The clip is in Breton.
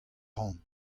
ran